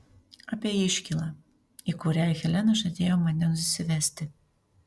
apie iškylą į kurią helena žadėjo mane nusivesti